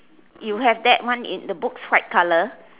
you have that one in the books white color